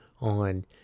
on